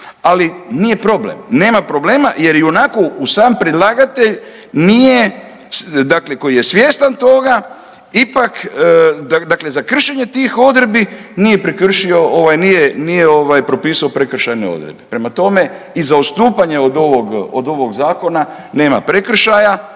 ali nije problem, nema problema jer i onako sam predlagatelj nije dakle koji je svjestan toga ipak dakle za kršenje tih odredbi nije prekršio nije propisao prekršajne odredbe. Prema tome, i za odstupanje od ovog zakona nema prekršaja,